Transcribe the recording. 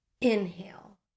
inhale